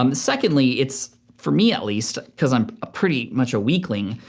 um secondly, it's, for me at least, cause i'm pretty much a weakling,